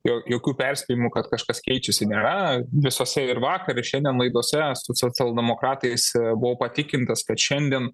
jo jokių perspėjimų kad kažkas keičiasi nėra visose ir vakar ir šiandien laidose su socialdemokratais buvau patikintas kad šiandien